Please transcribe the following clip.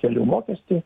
kelių mokestį